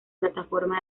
plataforma